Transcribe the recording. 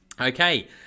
Okay